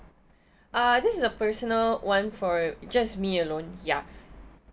uh this is a personal one for just me alone ya